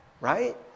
right